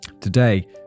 Today